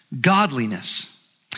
godliness